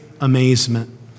amazement